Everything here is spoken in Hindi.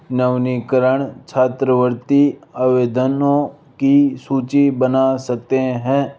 नवनीकरण छात्रवृत्ति आवेदनों की सूची बना सकते हैं